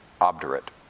obdurate